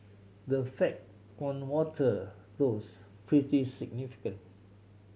the effect on water thus pretty significant